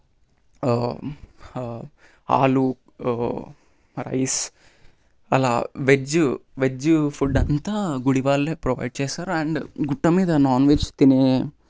aloo rice అలా veg veg food అంతా గుడివాళ్ళు ప్రొవైడ్ చేస్తారు అండ్ గుట్ట మీద నాన్ వెజ్ తినే